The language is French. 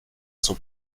façon